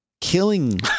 killing